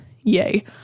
Yay